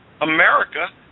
America